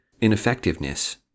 ineffectiveness